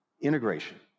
integration